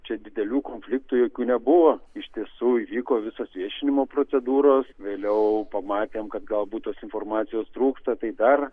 čia didelių konfliktų jokių nebuvo iš tiesų įvyko visos viešinimo procedūros vėliau pamatėm kad galbūt tos informacijos trūksta tai dar